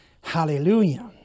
Hallelujah